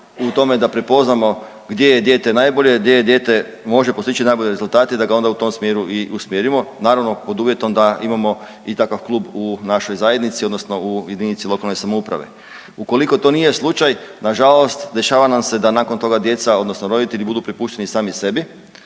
u tome da prepoznamo gdje je dijete najbolje, gdje dijete može postići najbolje rezultate da ga onda u tom smjeru i usmjerimo. Naravno pod uvjetom da imamo i takav klub u našoj zajednici odnosno u jedinici lokalne samouprave. Ukoliko to nije slučaj na žalost dešava nam se da nakon toga djeca odnosno roditelji budu prepušteni sami sebi